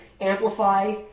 amplify